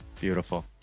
Beautiful